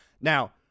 Now